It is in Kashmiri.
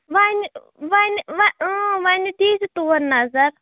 وۅنۍ وۅنۍ وۅ وۅنۍ دیی زِِ تور نظر